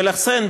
ולכן,